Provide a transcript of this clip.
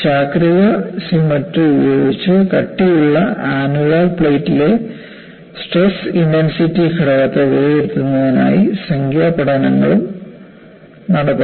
ചാക്രിക സിമട്രി ഉപയോഗിച്ച് കട്ടിയുള്ള ആനുലാർ പ്ലേറ്റുകളിലെ സ്ട്രെസ് ഇന്റെൻസിറ്റി ഘടകത്തെ വിലയിരുത്തുന്നതിനായി സംഖ്യാ പഠനങ്ങളും നടക്കുന്നു